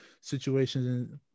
situations